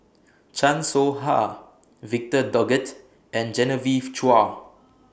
Chan Soh Ha Victor Doggett and Genevieve Chua